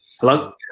Hello